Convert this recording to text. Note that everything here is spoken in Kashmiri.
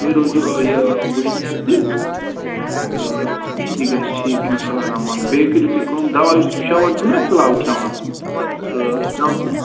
تُہۍ روٗزِو وُشنیرَسٕے تہٕ یہِ گژھِ ٹھیٖک اِنشاءاللہ الرحمان بیٚیہِ کٔرِو تُہۍ کٲم دوا یُس تُہۍ شامَن چھُو نا فِلحال کھٮ۪وان تہٕ دا